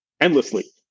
endlessly